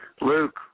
Luke